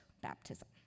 baptism